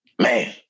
Man